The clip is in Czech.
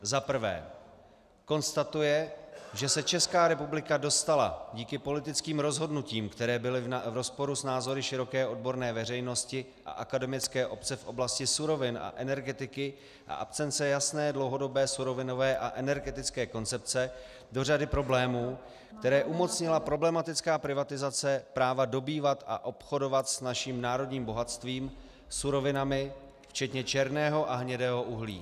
I. konstatuje, že se Česká republika dostala díky politickým rozhodnutím, která byla v rozporu s názory široké odborné veřejnosti a akademické obce v oblasti surovin a energetiky a absenci jasné dlouhodobé surovinové a energetické koncepce, do řady problémů, které umocnila problematická privatizace práva dobývat a obchodovat s naším národním bohatstvím, surovinami, včetně černého a hnědého uhlí.